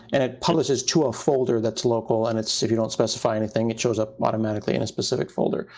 and it publishes to a folder that's local and it's sitting, you don't specify anything, it shows up automatically in a specific folder.